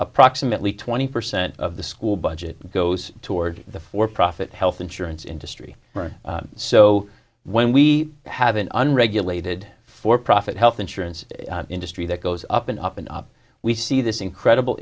approximately twenty percent of the school budget goes toward the for profit health insurance industry so when we have an unregulated for profit health insurance industry that goes up and up and up we see this incredible